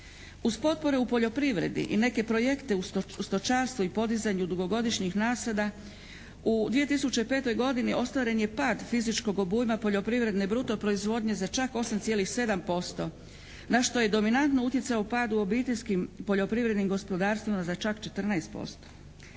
Uz potpore u poljoprivredi i neke projekte u stočarstvu i podizanju dugogodišnjih nasada u 2005. godini ostvaren je pad fizičkog obujma poljoprivredne bruto proizvodnje za čak 8,7% na što je dominantno utjecao pad u obiteljskim poljoprivrednim gospodarstvima za čak 14%,